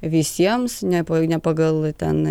visiems ne po ne pagal ten